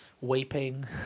weeping